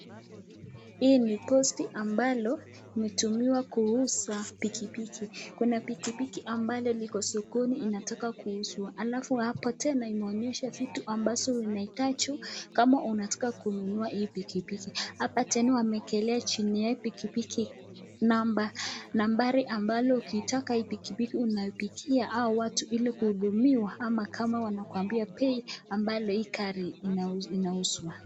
Hii ni posti ambalo inatumiwa kuuza pikipiki. Kuna pikipiki ambalo liko sokoni linataka kuuzwa. Alafu hapo tena inaonyesha vitu ambazo unahitaji kama unataka kununua hii pikipiki. Hapa tena wameekelea chini ya hii pikipiki namba. Nambari ambayo ukitaka hii pikipiki unapigia hao watu ili kuhudumiwa ama kama wanakuambia bei ambalo hii gari inauzwa.